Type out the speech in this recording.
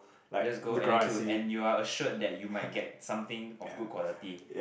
you just go and then queue and you are assured that you might get something of good quality